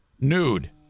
nude